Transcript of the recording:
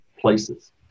places